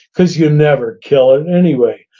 because you never kill it anyway.